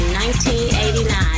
1989